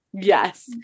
Yes